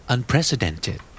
Unprecedented